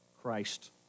Christ